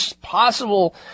possible